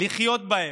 לחיות בהן.